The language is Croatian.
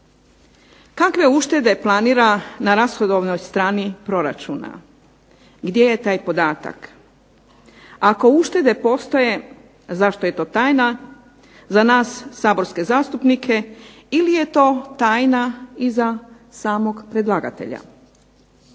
Kakve uštede planira na rashodovnoj strani proračuna? Gdje je taj podatak? Ako uštede postoje, zašto je to tajna, za nas saborske zastupnike ili je to tajna i za samog predlagatelja?